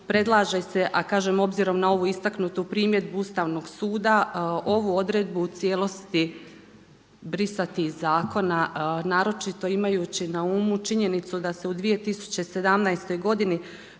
predlaže se, a kažem obzirom na ovu istaknutu primjedbu Ustavnog suda, ovu odredbu u cijelosti brisati iz zakona, naročito imajući na umu činjenicu da se u 2017. godini